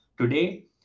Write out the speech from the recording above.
today